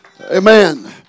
Amen